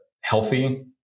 healthy